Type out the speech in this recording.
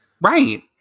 Right